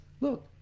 Look